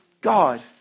God